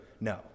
no